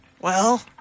Well